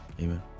Amen